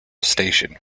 station